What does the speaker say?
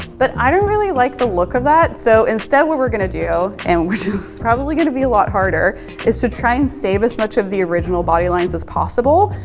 but i don't really like the look of that, so instead what we're gonna do and which is probably gonna be a lot harder is to try and save as much of the original body-lines as possible.